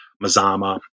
Mazama